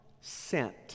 sent